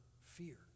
fear